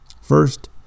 First